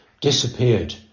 disappeared